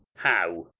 how!